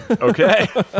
Okay